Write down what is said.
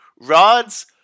Rod's